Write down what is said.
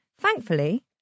Thankfully